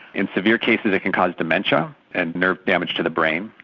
in severe cases it can cause dementia and nerve damage to the brain.